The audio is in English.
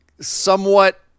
somewhat